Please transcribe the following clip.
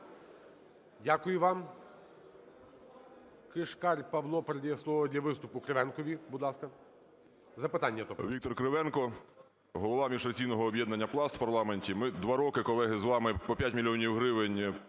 Дякую вам. Кишкар Павло передає слово для виступу Кривенкові, будь ласка, запитання тобто. 11:52:08 КРИВЕНКО В.М. Віктор Кривенко, голова міжфракційного об'єднання "Пласт" в парламенті. Ми два роки, колеги, з вами по 5 мільйонів гривень